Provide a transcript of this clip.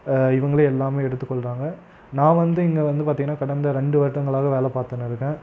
இவங்களே எல்லாமே எடுத்துக் கொள்றாங்க நான் வந்து இங்கே வந்து பார்த்தீங்கன்னா கடந்த ரெண்டு வருடங்களாக வேலை பார்த்துன்னு இருக்கேன்